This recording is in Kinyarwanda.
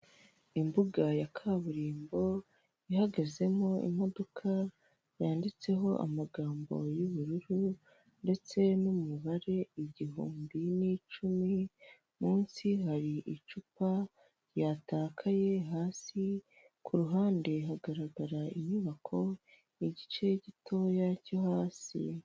Imbuga ya kaburimbo ihagazemo imodoka yanditseho amagambo y'ubururu ndetse n'umubare igihumbi n'icumi, munsi hari icupa ryatakaye hasi, ku ruhande hagaragara inyubako igice gitoya cyo hasi.